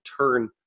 turn